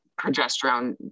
progesterone